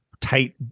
tight